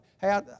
Hey